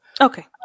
Okay